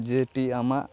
ᱡᱮᱴᱤ ᱟᱢᱟᱜ